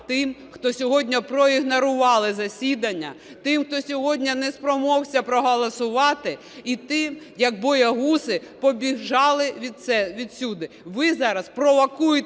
тим, хто сьогодні проігнорували засідання, тим, хто сьогодні не спромігся проголосувати, і тим, хто, як боягузи, побігли звідси. Ви зараз провокуєте